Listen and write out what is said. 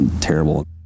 terrible